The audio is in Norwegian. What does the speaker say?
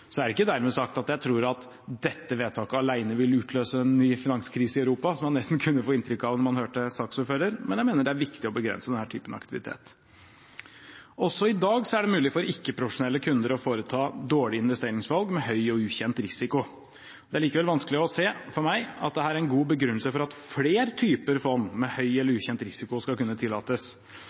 dermed sagt at jeg tror at dette vedtaket alene vil utløse en ny finanskrise i Europa – som man nesten kunne få inntrykk av da man hørte på saksordføreren – men jeg mener det er viktig å begrense denne typen aktivitet. Også i dag er det mulig for ikke-profesjonelle kunder å foreta dårlige investeringsvalg med høy og ukjent risiko. Det er likevel vanskelig for meg å se at det er en god begrunnelse for at flere typer fond med høy eller ukjent risiko skal kunne tillates.